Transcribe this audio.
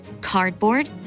cardboard